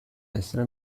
essere